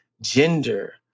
gender